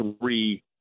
three